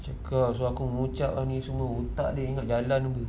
dia cakap suruh aku mengucap ni semua otak dia ingat jalan ke